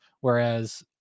Whereas